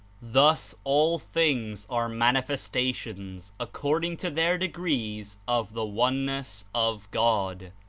thus all things are manifestations, according to their degrees, of the oneness of god,